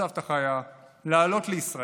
וסבתא חיה לעלות לישראל,